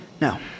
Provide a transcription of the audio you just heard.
No